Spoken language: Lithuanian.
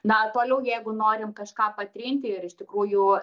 na toliau jeigu norim kažką patrinti ir iš tikrųjų